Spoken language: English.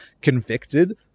convicted